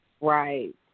Right